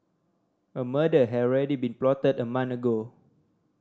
a murder had already been plotted a month ago